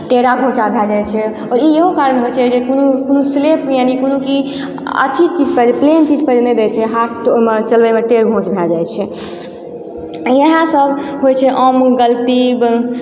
टेढा घोचा भए जाइ छै ओ इहो कारण होइ छै जे कोनो कोनो सिलेब यानी कोनो कि अथि चीज प्लेन चीज पर जे नहि दै छै हाथ ओहिमे चलबैमे टेढ घोच भए जाइ छै इहए सब होइ छै आम गलती